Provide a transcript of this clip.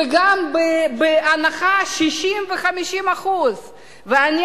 וגם בהנחה של 50% 60%. וגם,